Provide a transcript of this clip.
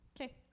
Okay